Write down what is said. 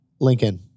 Lincoln